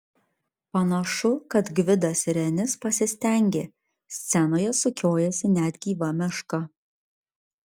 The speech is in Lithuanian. panašu kad gvidas renis pasistengė scenoje sukiojasi net gyva meška